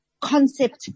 concept